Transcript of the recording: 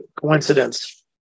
coincidence